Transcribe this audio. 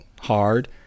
hard